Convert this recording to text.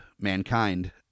mankind